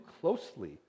closely